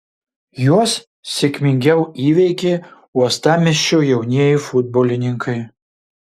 juos sėkmingiau įveikė uostamiesčio jaunieji futbolininkai